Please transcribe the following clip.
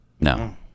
No